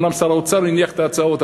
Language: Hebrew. אומנם שר האוצר הניח את ההצעות,